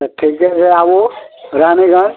तऽ ठीके छै एहिबेर आबू रानीगञ्ज